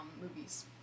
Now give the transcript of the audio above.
movies